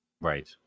Right